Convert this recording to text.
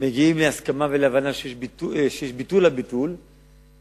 מגיעים להסכמה ולהבנה שיש ביטול הקיצוץ,